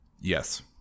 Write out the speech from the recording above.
Yes